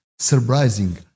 Surprising